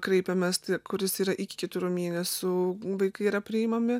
kreipėmės kuris yra iki keturių mėnesių vaikai yra priimami